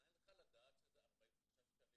מניין לך לדעת שזה 49 שקלים,